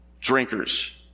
drinkers